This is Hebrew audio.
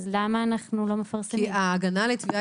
אז למה אנחנו לא מפרסמים?) כי ההגנה לתביעה